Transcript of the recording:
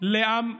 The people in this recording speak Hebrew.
לעם ישראל.